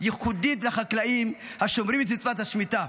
ייחודית לחקלאים השומרים את מצוות השמיטה.